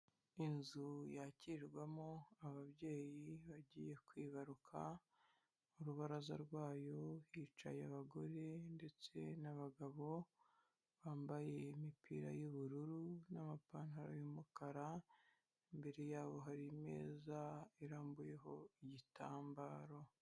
Inzu yakirwamo ababyeyi bagiye kwibaruka, ku rubaraza rwayo hicaye abagore ndetse n'abagabo bambaye imipira y'ubururu n'amapantaro y'umukara, imbere yabo hari ameza irambuyeho igitambaro.